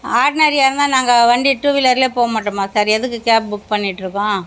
ஆர்ட்னரியாக இருந்தால் நாங்கள் வண்டி டூ வீலர்லேயே போக மாட்டோமா சார் எதுக்கு கேப் புக் பண்ணிகிட்ருக்கோம்